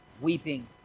weeping